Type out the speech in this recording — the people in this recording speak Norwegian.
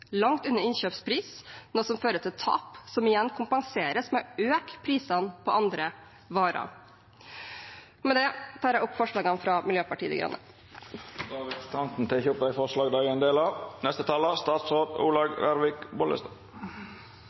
langt under innkjøpspris, noe som fører til tap, som igjen kompenseres med å øke prisene på andre varer. Med det tar jeg opp forslagene fra Miljøpartiet De Grønne. Representanten Une Bastholm har teke opp dei forslaga ho refererte til. Landbrukets viktigste oppgave er